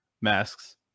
masks